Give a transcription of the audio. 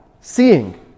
seeing